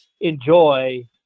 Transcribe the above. enjoy